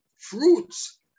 fruits